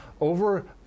over